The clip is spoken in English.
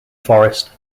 forest